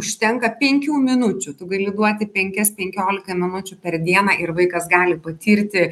užtenka penkių minučių tu gali duoti penkias penkiolika minučių per dieną ir vaikas gali patirti